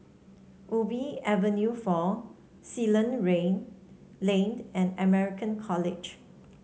Ubi Avenue Four Ceylon Lane and American College